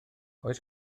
oes